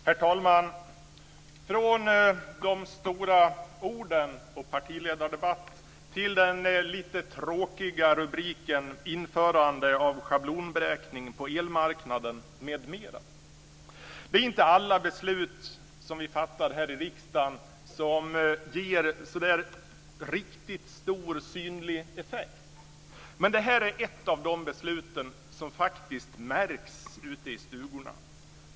Herr talman! Från de stora orden och partiledardebatt till den lite tråkiga rubriken: Införande av schablonberäkning på elmarknaden, m.m. Det är inte alla beslut som vi fattar här i riksdagen som ger en riktigt stor synlig effekt. Men detta är ett av de beslut som faktiskt märks ute i stugorna.